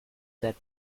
that